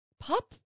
Pop